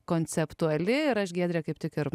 konceptuali ir aš giedre kaip tik ir